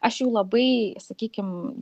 aš jau labai sakykim